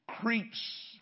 creeps